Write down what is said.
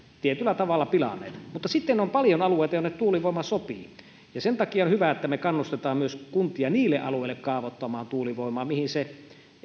tietyllä tavalla pilanneet mutta sitten on paljon alueita jonne tuulivoima sopii sen takia on hyvä että me myös kannustamme kuntia kaavoittamaan tuulivoimaa niille alueille mihin se